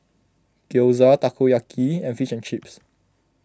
Gyoza Takoyaki and Fish and Chips